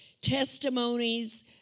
testimonies